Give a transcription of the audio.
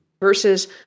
Versus